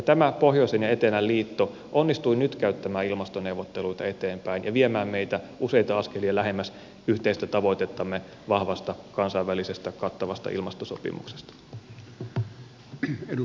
tämä pohjoisen ja etelän liitto onnistui nytkäyttämään ilmastoneuvotteluita eteenpäin ja viemään meitä useita askelia lähemmäs yhteistä tavoitettamme vahvasta kansainvälisestä kattavasta ilmastosopimuksesta